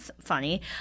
Funny